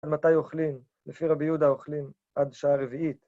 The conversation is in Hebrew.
על מתי אוכלים? לפי רבי יהודה אוכלים עד שעה רביעית.